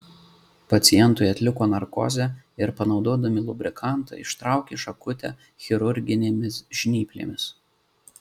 pacientui atliko narkozę ir panaudodami lubrikantą ištraukė šakutę chirurginėmis žnyplėmis